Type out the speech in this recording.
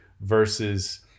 versus